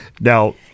Now